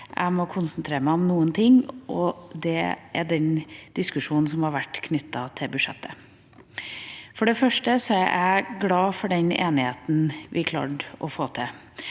Jeg må konsentrere meg om noen ting, og det er den diskusjonen som har vært knyttet til budsjettet. For det første er jeg glad for den enigheten vi klarte å få til.